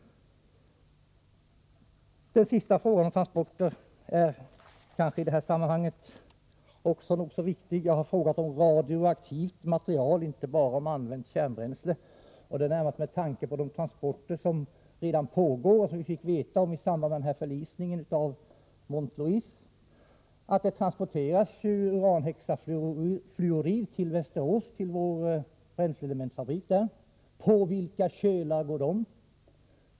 Min sista fråga om transporter i det här sammanhanget är kanske också nog så viktig. Jag har frågat om radioaktivt material, inte bara om använt kärnbränsle, och detta närmast med tanke på de transporter som redan pågår och som vi fick veta om i samband med förlisningen av Mont Louis. Det transporteras alltså uranhexafluorid till vår bränsleelementfabrik i Västerås. På vilka kölar går dessa transporter?